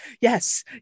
yes